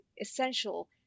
essential